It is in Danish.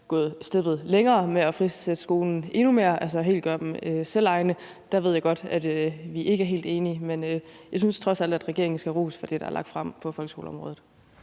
gået skridtet videre og frisat skolen endnu mere og altså gjort den helt selvejende, men der ved jeg godt at vi ikke er helt enige. Men jeg synes trods alt, at regeringen skal have ros for det, der er lagt frem på folkeskoleområdet.